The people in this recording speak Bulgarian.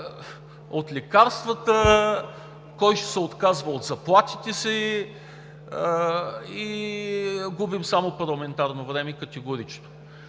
от лекарствата, кой ще се отказва от заплатите си и губим само парламентарно време, категорично.